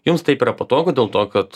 jums taip yra patogu dėl to kad